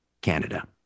Canada